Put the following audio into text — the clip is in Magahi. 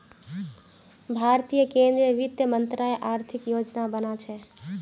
भारतीय केंद्रीय वित्त मंत्रालय आर्थिक योजना बना छे